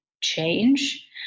change